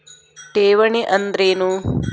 ಠೇವಣಿ ಅಂದ್ರೇನು?